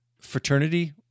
fraternity